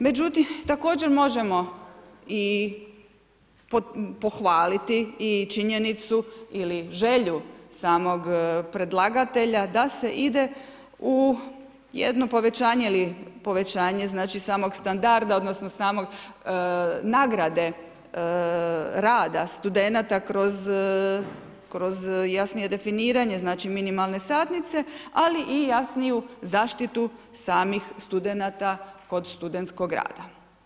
Međutim također možemo i pohvaliti i činjenicu ili želju samog predlagatelja da se ide u jedno povećanje ili povećanje samog standarda, odnosno same nagrade rada studenata kroz jasnije definiranje minimalne satnice, ali i jasniju zaštitu samih studenata kod studentskog rada.